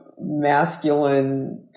masculine